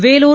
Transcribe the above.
Vellore